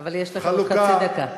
אבל יש לך עוד חצי דקה.